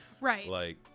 Right